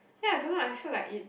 ya I don't know I feel like it